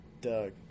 Doug